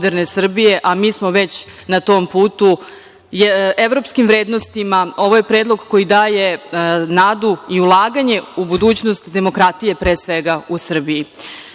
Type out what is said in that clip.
a mi smo već na tom putu, evropskim vrednostima. Ovo je predlog koji daje nadu i ulaganje u budućnost demokratije u Srbiji. Mogućnosti